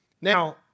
Now